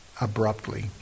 abruptly